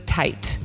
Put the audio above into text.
tight